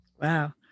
Wow